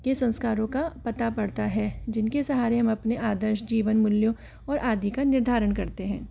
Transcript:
के संस्कारों का पता पड़ता है जिनके सहारे हम अपने आदर्श जीवन मूल्यों और आदि का निर्धारण करते हैं